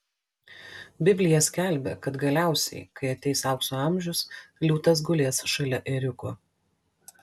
biblija skelbia kad galiausiai kai ateis aukso amžius liūtas gulės šalia ėriuko